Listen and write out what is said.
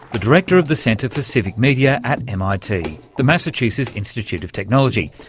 the director of the centre for civic media at mit, the massachusetts institute of technology.